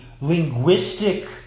linguistic